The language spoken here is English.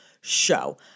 show